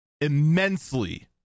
immensely